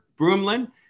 Broomlin